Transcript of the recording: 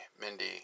Mindy